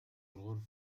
الغرفة